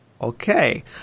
Okay